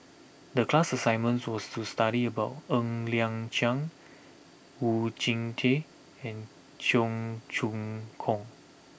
the class assignment was to study about Ng Liang Chiang Oon Jin Teik and Cheong Choong Kong